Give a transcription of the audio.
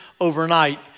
overnight